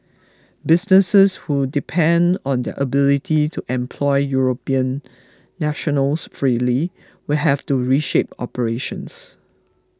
businesses who depend on their ability to employ European nationals freely will have to reshape operations